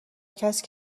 کسی